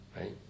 right